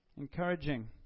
Encouraging